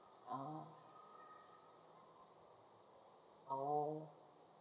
orh orh